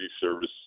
service